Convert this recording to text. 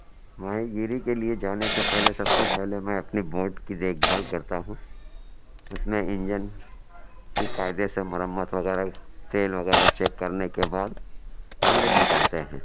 ماہی گیری کے لیے جانے سے پہلے سب سے پہلے میں اپنی بوٹ کی دیکھ بھال کرتا ہوں اس میں انجن کی قاعدے سے مرمت وغیرہ تیل وغیرہ چیک کرنے کے بعد ہم لوگ نکلتے ہیں